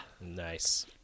Nice